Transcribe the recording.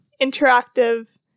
interactive